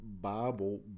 Bible